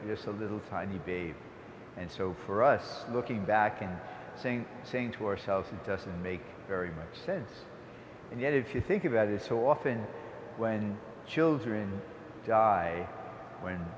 this a little tiny b and so for us looking back and saying saying to ourselves and doesn't make very much sense and yet if you think about it so often when children die when